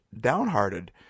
downhearted